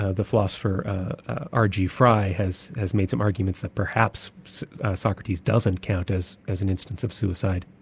ah the philosopher r. g. frey has has made some arguments that perhaps socrates doesn't count as as an instance of suicide.